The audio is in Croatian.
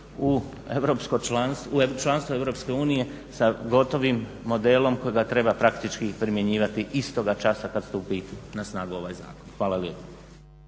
unije sa gotovim modelom kojega treba praktički primjenjivati istoga časa kad stupi na snagu ovaj zakon. Hvala lijepo.